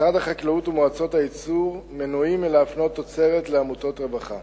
משרד החקלאות ומועצות הייצור מנועים מלהפנות תוצרת לעמותות רווחה.